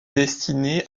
destinée